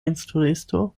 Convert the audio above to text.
instruisto